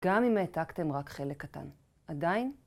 גם אם העתקתם רק חלק קטן, עדיין...